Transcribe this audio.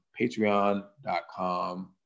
Patreon.com